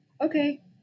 okay